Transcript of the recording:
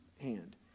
hand